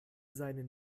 seinen